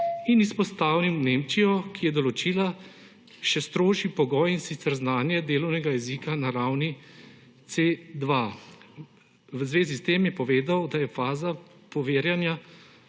in izpostavil Nemčijo, ki je določila še strožji pogoj, in sicer znanje delovnega jezika na ravni C2. V zvezi s tem je povedal, da je faza preverjanja